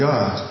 God